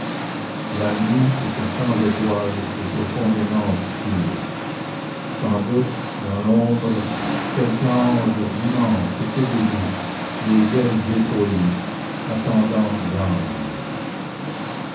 la nuit était sans étoiles et profondément obscure sans doute dans l'ombre quelque ange immense était debout les ailes déployées attendant l'âme